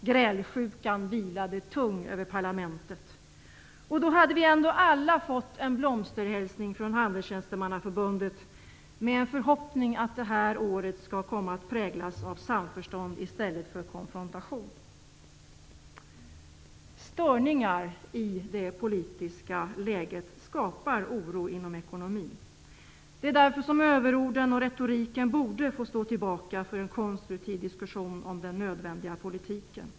Grälsjukan vilade tung över parlamentet. Och då hade vi ändå alla fått en blomsterhälsning från Handelstjänstemannaförbundet med en förhoppning om att det här året skall komma att präglas av samförstånd i stället för konfrontation. Störningar i det politiska läget skapar oro inom ekonomin. Det är därför som överorden och retoriken borde få stå tillbaka för en konstruktiv diskussion om den nödvändiga politiken.